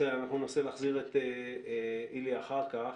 בסדר, אנחנו ננסה להחזיר את איליה אחר כך.